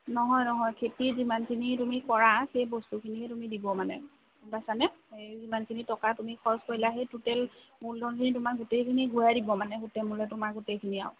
নহয় নহয় খেতি যিমানখিনি তুমি কৰা সেই বস্তুখিনি তুমি দিব মানে গ'ম পাইছা নে হেৰি যিমানখিনি তুমি খৰছ কৰিলা সেই টুটেল মূলধনখিনি তোমাৰ সেই গোটেইখিনি ঘূৰাই দিব মানে তোমাৰ সুতে মূলে গোটেইখিনি আৰু